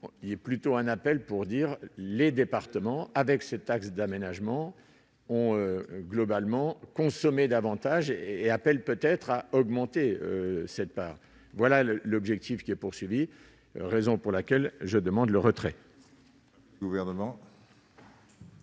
il est plutôt un appel pour dire les départements avec cette taxe d'aménagement ont globalement consommer davantage et appelle peut-être à augmenter cette part, voilà l'objectif qui est poursuivi, raison pour laquelle je demande le retrait.